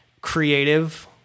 creative